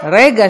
2017,